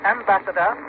Ambassador